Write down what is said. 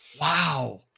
Wow